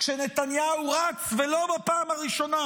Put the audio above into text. כשנתניהו רץ, ולא בפעם הראשונה,